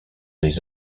les